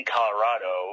Colorado